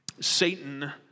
Satan